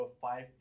five